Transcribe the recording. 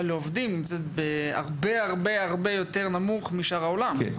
לעובדים נמצאת הרבה יותר נמוך משאר העולם.